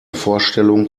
vorstellung